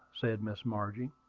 said miss margie.